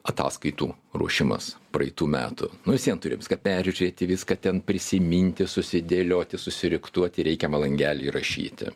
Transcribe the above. ataskaitų ruošimas praeitų metų nu vis vien turi viską peržiūrėti viską ten prisiminti susidėlioti susiriktuoti reikiamą langelį įrašyti